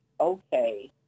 Okay